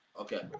Okay